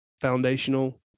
foundational